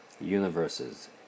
universes